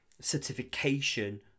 certification